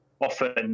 often